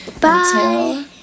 Bye